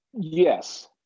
Yes